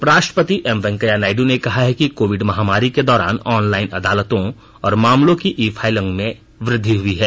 उपराष्ट्रपति एम वेंकैया नायड् ने कहा है कि कोविड महामारी के दौरान ऑनलाइन अदालतों और मामलों की ई फाइलिंग में वर्द्धि हुई है